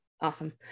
Awesome